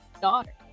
daughter